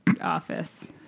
office